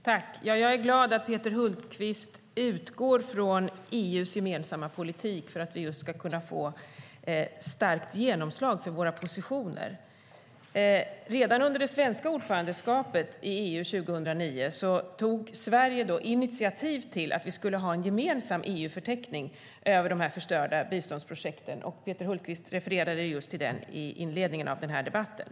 Herr talman! Jag är glad att Peter Hultqvist utgår från EU:s gemensamma politik för att vi just ska kunna få ett starkt genomslag för våra positioner. Redan under det svenska ordförandeskapet i EU 2009 tog Sverige initiativ till att vi skulle ha en gemensam EU-förteckning över de förstörda biståndsprojekten. Peter Hultqvist refererade till just den i inledningen av den här debatten.